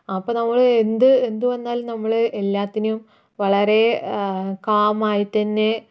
അപ്പോൾ നമ്മൾ എന്ത് എന്ത് വന്നാലും നമ്മൾ എല്ലാത്തിനും വളരെ കാം ആയിട്ട് തന്നെ